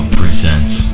presents